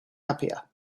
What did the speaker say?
happier